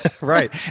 Right